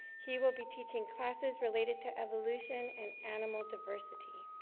he will be teaching classes related to evolution and animal diversity.